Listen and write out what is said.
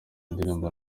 indirimbo